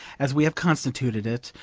as we have constituted it,